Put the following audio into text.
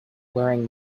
wearing